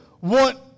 want